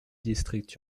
districts